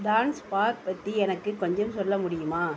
dance bar பற்றி எனக்கு கொஞ்சம் சொல்ல முடியுமா